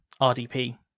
RDP